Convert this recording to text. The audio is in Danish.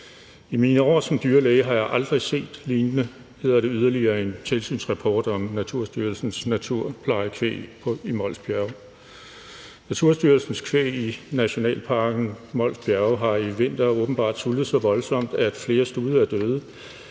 »I mine år som dyrlæge har jeg aldrig set lignende«, hedder det yderligere i en tilsynsrapport om Naturstyrelsens naturplejekvæg i Mols Bjerge. Naturstyrelsens kvæg i nationalparken Mols Bjerge har i vinter åbenbart sultet så voldsomt, at flere stude er døde,